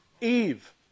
Eve